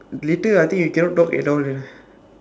later I think you cannot talk at all leh